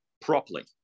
properly